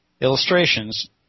illustrations